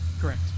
Correct